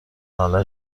ناله